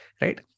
right